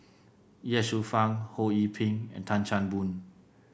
Ye Shufang Ho Yee Ping and Tan Chan Boon